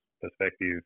perspective